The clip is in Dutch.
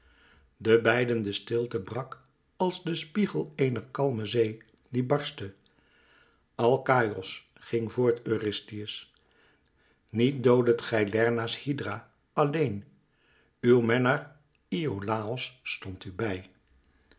zonder bijstand de beidende stilte brak als de spiegel een er kalme zee die barstte alkaïos ging voort eurystheus niet dooddet gij lerna's hydra alleen uw menner iolàos stond u bij